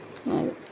అదే